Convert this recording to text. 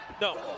No